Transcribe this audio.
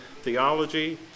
theology